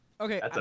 Okay